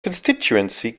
constituency